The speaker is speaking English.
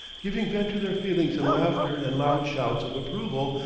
giving vent to their feelings in laughter and loud shouts of approval,